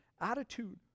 attitude